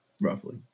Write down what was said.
roughly